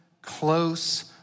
close